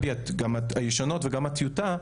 גם הישנות וגם הטיוטה,